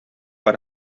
per